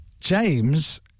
James